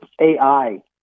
AI